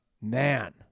Man